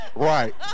Right